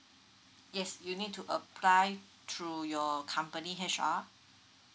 yes you need to apply through your company H_R